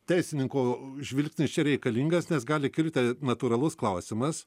teisininko žvilgsnis čia reikalingas nes gali kilti natūralus klausimas